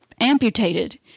amputated